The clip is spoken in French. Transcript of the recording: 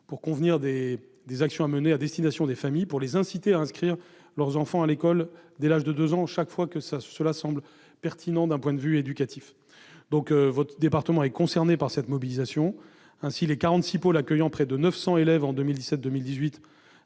de convenir des actions à mener à destination des familles, pour les inciter à inscrire leurs enfants à l'école dès l'âge de deux ans chaque fois que cela semble pertinent d'un point de vue éducatif. Votre département est concerné par cette mobilisation. Ainsi, les quarante-six pôles accueillant près de 900 élèves en 2017-2018